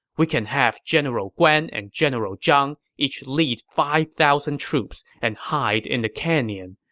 we can have general guan and general zhang each lead five thousand troops and hide in the canyon.